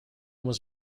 was